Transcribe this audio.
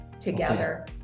together